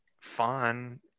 fun